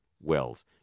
wells